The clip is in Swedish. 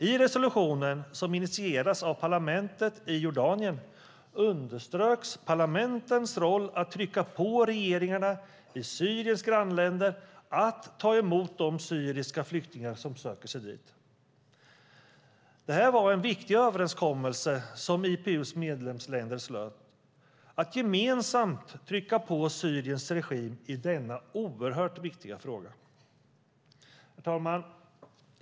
I resolutionen, som initierats av parlamentet i Jordanien, underströks parlamentens roll när det gäller att trycka på regeringarna i Syriens grannländer att ta emot de syriska flyktingar som söker sig dit. Det här var en viktig överenskommelse som IPU:s medlemsländer slöt, att gemensamt trycka på Syriens regim i denna oerhört viktiga fråga. Herr talman!